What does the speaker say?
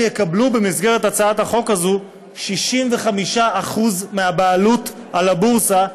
הם יקבלו במסגרת הצעת החוק הזאת 65% מהבעלות על הבורסה,